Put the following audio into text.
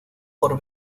por